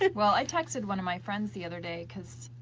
like well, i texted one of my friends the other day cause